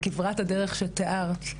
כברת הדרך שתיארת,